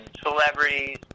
celebrities